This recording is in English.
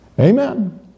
Amen